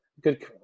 good